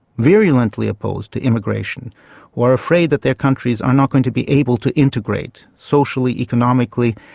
virulently opposed to immigration were afraid that their countries are not going to be able to integrate socially, economically,